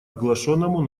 оглашенному